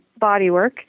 bodywork